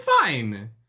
fine